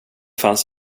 fanns